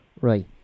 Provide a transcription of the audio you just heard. Right